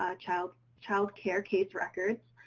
ah child, child care case records,